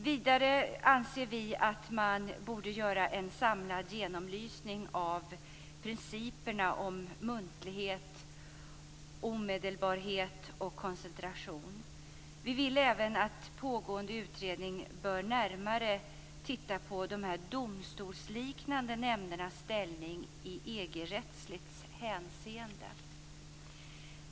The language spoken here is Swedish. Vidare anser vi att man borde göra en samlad genomlysning av principerna om muntlighet, omedelbarhet och koncentration. Vi vill även att pågående utredning tittar närmare på de domstolsliknande nämndernas ställning i EG-rättsligt hänseende.